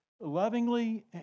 lovingly